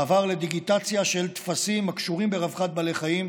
מעבר לדיגיטציה של טפסים הקשורים ברווחת בעלי חיים.